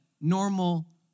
normal